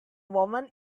woman